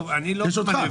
יש אותך.